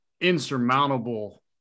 insurmountable